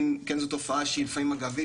כן זו תופעה שהיא לפעמים אגבית,